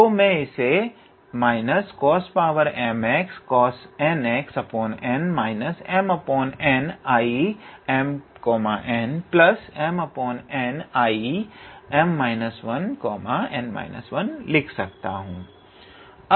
तो मैं इसे लिख सकता हूं